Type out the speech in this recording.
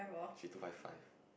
she two five five